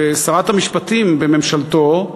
ושרת המשפטים בממשלתו,